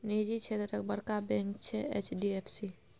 निजी क्षेत्रक बड़का बैंक छै एच.डी.एफ.सी